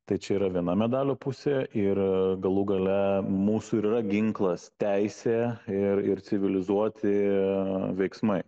tai čia yra viena medalio pusė ir galų gale mūsų ir yra ginklas teisė ir ir civilizuoti veiksmai